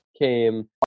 came